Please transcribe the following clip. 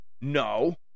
No